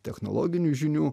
technologinių žinių